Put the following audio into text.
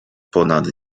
ponad